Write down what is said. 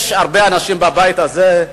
יש הרבה אנשים בבית הזה,